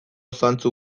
zantzu